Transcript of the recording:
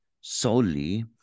solely